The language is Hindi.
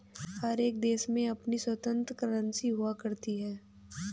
हर एक देश की अपनी स्वतन्त्र करेंसी हुआ करती है